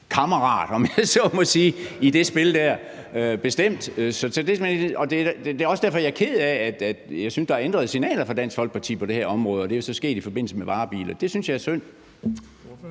kammerat, om jeg så må sige, i det spil der, bestemt, og det er også derfor, jeg er ked af, at jeg synes, at der er ændrede signaler fra Dansk Folkeparti på det her område. Det er jo så sket i forbindelse med varebiler, og det synes jeg er synd.